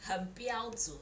很标准